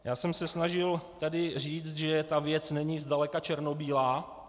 Já jsem se snažil tady říct, že ta věc není zdaleka černobílá.